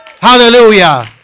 Hallelujah